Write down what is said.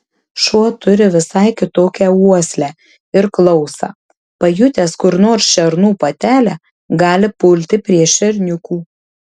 šuo turi visai kitokią uoslę ir klausą pajutęs kur nors šernų patelę gali pulti prie šerniukų